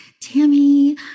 Tammy